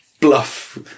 bluff